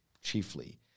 chiefly